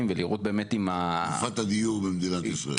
ולראות באמת אם --- תנופת הדיור במדינת ישראל.